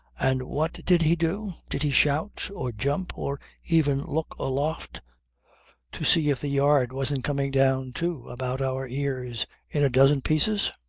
and what did he do? did he shout, or jump, or even look aloft to see if the yard wasn't coming down too about our ears in a dozen pieces?